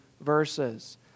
verses